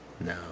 No